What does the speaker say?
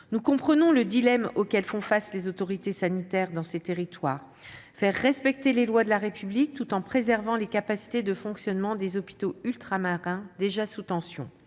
Nous comprenons le dilemme auquel font face les autorités sanitaires dans ces territoires : faire respecter les lois de la République, tout en préservant les capacités de fonctionnement des hôpitaux ultramarins déjà sous tension.